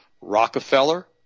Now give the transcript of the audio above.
Rockefeller